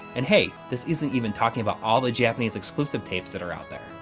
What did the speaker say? and hey, this isn't even talking about all the japanese exclusive tapes that are out there.